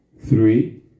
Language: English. Three